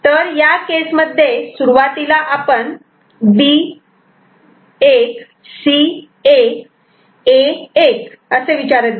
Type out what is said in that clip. तर या केस मध्ये सुरुवातीला आपण B 1 C 1 A 1 असे विचारात घेऊ